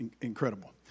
incredible